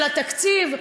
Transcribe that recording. של התקציב,